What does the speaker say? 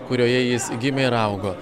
kurioje jis gimė ir augo